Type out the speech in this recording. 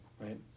right